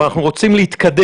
אבל אנחנו רוצים להתקדם.